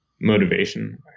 motivation